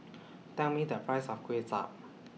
Tell Me The Price of Kway Chap